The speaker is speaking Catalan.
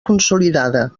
consolidada